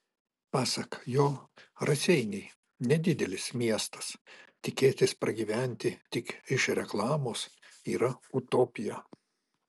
pasak jo raseiniai nedidelis miestas tikėtis pragyventi tik iš reklamos yra utopija